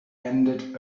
ended